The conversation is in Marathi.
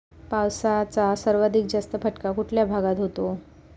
पावसाचा सर्वाधिक जास्त फटका कुठल्या भागात होतो?